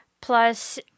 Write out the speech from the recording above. Plus